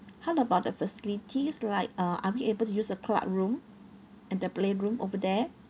how about the facilities like uh are we able to use the club room and the play room over there